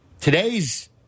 today's